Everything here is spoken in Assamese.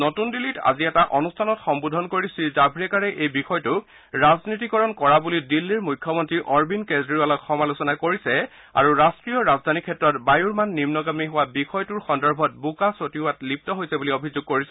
নতুন দিল্লীত আজি এটা অনুষ্ঠান সম্বোধন কৰি শ্ৰীজাভ্ৰেকাৰে এই বিষয়টোক ৰাজনীতিকৰণ কৰা বুলি দিল্লীৰ মুখ্যমন্ত্ৰী অৰবিন্দ কেজৰিৱালক সমালোচনা কৰিছে আৰু ৰাষ্ট্ৰীয় ৰাজধানী ক্ষেত্ৰত বায়ুৰ মান নিন্নগামী হোৱা বিষয়টোৰ সন্দৰ্ভত বোকা ছটিওৱাত লিপ্ত হৈছে বুলি অভিযোগ কৰিছে